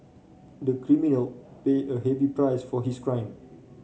the criminal pay a heavy price for his crime